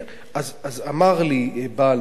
אז אמר לי בעל מלון